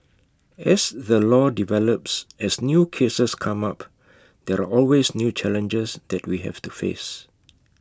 as the law develops as new cases come up there are always new challenges that we have to face